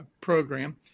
program